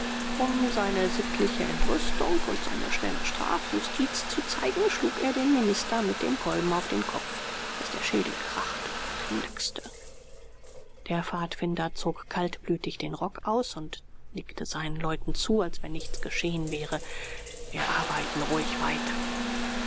um seine sittliche entrüstung und seine schnelle strafjustiz zu zeigen schlug er den minister mit dem kolben auf den kopf daß der schädel krachte und knackste der pfadfinder zog kaltblütig den rock aus und nickte seinen leuten zu als wenn nichts geschehen wäre wir arbeiten ruhig weiter